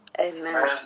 Amen